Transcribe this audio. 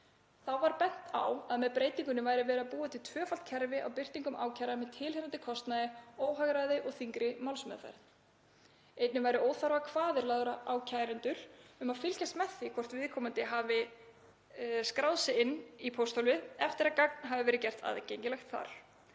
Þá var bent á að með breytingunni væri verið að búa til tvöfalt kerfi á birtingum ákæra með tilheyrandi kostnaði, óhagræði og þyngri málsmeðferð. Einnig væru óþarfakvaðir lagðar á kærendur um að fylgjast með því hvort viðkomandi hafi skráð sig inn í pósthólfið eftir að gagn hafi verið gert aðgengilegt þar.